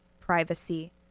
privacy